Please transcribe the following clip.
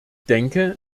denke